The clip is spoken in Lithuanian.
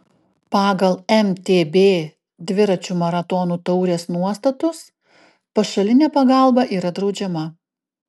pagal mtb dviračių maratonų taurės nuostatus pašalinė pagalba yra draudžiama